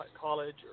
college